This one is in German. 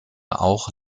auch